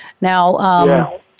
Now